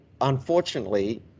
unfortunately